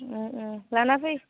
लाना फै